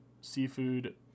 seafood